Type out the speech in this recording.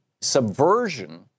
subversion